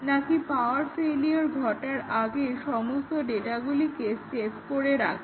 নাকি power failure ঘটার আগে সমস্ত ডেটাগুলিকে সেভ করে রাখে